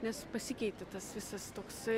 nes pasikeitė tas visas toksai